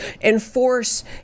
enforce